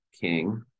king